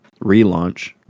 relaunch